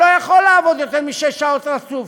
שלא יכול לעבוד יותר משש שעות רצוף,